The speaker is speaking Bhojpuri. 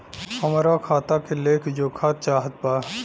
हमरा खाता के लेख जोखा चाहत बा?